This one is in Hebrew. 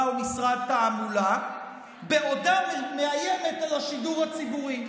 ומשרד תעמולה בעודה מאיימת על השידור הציבורי?